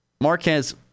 Marquez